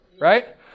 right